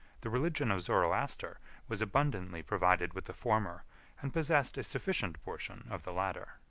the religion of zoroaster was abundantly provided with the former and possessed a sufficient portion of the latter.